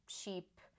cheap